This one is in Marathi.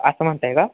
असं म्हणताय का